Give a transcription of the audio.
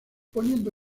poniendo